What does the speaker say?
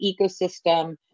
ecosystem